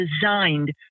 designed